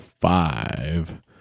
five